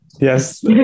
yes